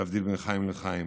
להבדיל בין לחיים לחיים,